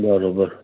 बराबरि